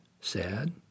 sad